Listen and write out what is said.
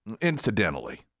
Incidentally